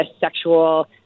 sexual